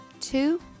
two